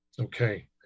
Okay